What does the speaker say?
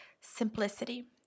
simplicity